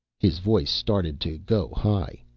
his voice started to go high.